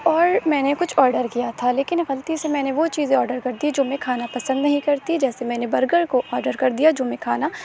اور میں نے کچھ آڈر کیا تھا لیکن غلطی سے میں نے وہ چیزیں آڈر کر دی جو میں کھانا پسند نہیں کرتی جیسے میں نے برگر کو آڈر کر دیا جو میں کھانا